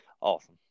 Awesome